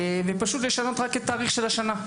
ולשנות את התאריך של השנה.